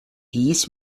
dies